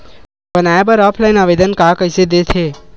बनाये बर ऑफलाइन आवेदन का कइसे दे थे?